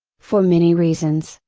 for many reasons,